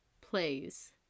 plays